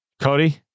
Cody